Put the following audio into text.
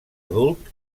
adult